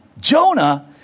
Jonah